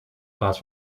plaats